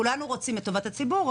כולנו רוצים את טובת הציבור.